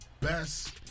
best